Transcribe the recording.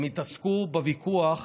הם התעסקו בוויכוח